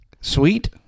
sweet